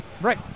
right